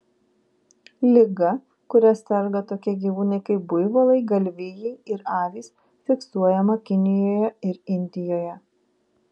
liga kuria serga tokie gyvūnai kaip buivolai galvijai ir avys fiksuojama kinijoje ir indijoje